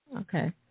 okay